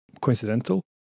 coincidental